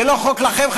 זה לא חוק לכם,